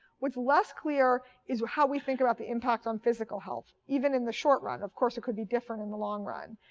what's less clear is how we think about the impact on physical health, even in the short run. of course, it could be different in the long run.